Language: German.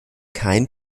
kein